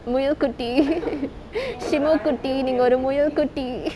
முயல்குட்டி:muyalkutti shimu குட்டி நீங்க ஒரு முயல்குட்டி:kutti ningga oru muyalkutti